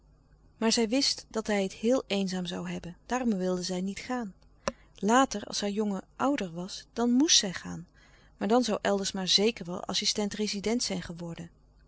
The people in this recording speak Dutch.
maar zij wist dat hij het heel eenzaam zoû louis couperus de stille kracht hebben daarom wilde zij niet gaan later als haar jongen ouder was dan moèst zij gaan maar dan zoû eldersma zeker wel assistent-rezident zijn geworden